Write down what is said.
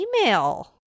email